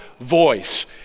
voice